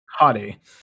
Hottie